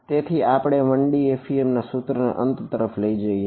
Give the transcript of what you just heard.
તેથી તે આપણને 1D એફઈએમ સૂત્ર ના અંત તરફ લઇ જાય છે